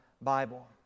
Bible